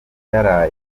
yaraye